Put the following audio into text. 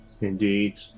Indeed